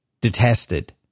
detested